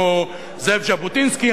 כמו זאב ז'בוטינסקי,